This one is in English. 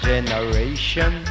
generation